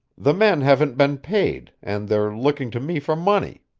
the men haven't been paid, and they're looking to me for money.